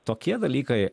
tokie dalykai